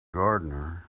gardener